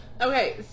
Okay